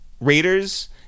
Raiders